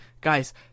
Guys